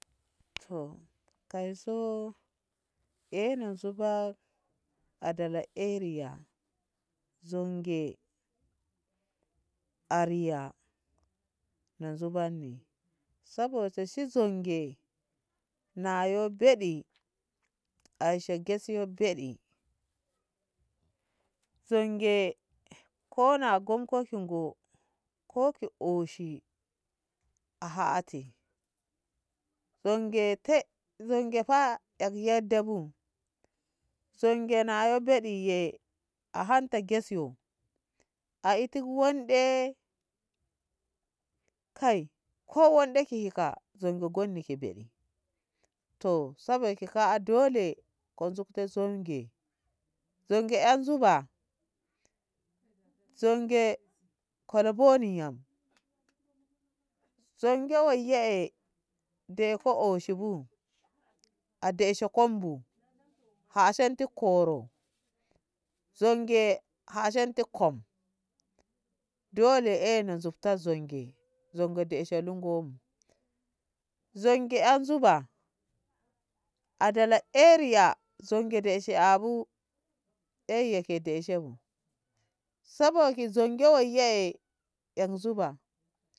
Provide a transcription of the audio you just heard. To kai so eno zuba adala eriya nzoge ariya na zubanni sabosa se zonge na yaubeɗi ashe gesiyo beɗi zonge kona gonko shin ngo ko ki oshi a hate zonge te zonge fa er yadda bu zonge na yo beɗi ye a hanta ge siyo a eti wanɗe kai ko wanɗe kika zonge genni ki beɗi to saba ki ka'a dole ko nzukto zonge zonge en zuɓa zonge kola boni yam zonge wai yee eh de ko oshi bu adeshe kom bu kashenti koro zonge hashenti kom dole ena nzukta zonge zonge de she lungo bu zonge an zuba adala eriya zonge deshi abu eyye ke de she bu saboki zonge wai yee eh mu zuba.